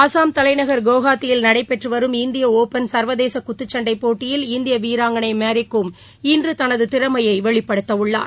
அஸ்ஸாம் தலைநகர் குவாஹாத்தியில் நடைபெற்று வரும் இந்திய ஒப்பன் சர்வதேச குத்துச்சண்டை போட்டியில் இந்திய வீராங்கனை மேரிகோம் இன்று தனது திறமையை வெளிப்படுத்தவுள்ளார்